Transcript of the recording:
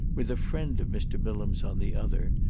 with a friend of mr. bilham's on the other,